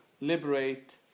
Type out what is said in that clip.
liberate